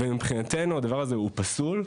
ומבחינתנו הדבר הזה הוא פסול.